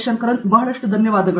ಶಂಕರನ್ ಬಹಳಷ್ಟು ಧನ್ಯವಾದಗಳು